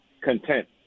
content